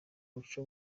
muco